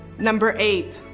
number eight,